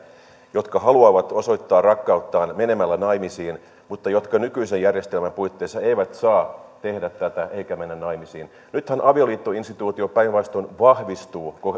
jotka haluavat osoittaa rakkauttaan menemällä naimisiin mutta jotka nykyisen järjestelmän puitteissa eivät saa tehdä tätä eivätkä mennä naimisiin nythän avioliittoinstituutio päinvastoin vahvistuu